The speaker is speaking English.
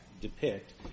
depict